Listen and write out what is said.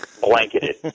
blanketed